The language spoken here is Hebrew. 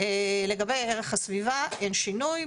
לגבי ערך הסביבה אין שינוי.